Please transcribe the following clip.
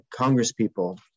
Congresspeople